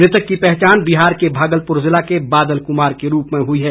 मृतक की पहचान बिहार के भागलपुर जिला के बादल कुमार के रूप में हुई है